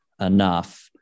enough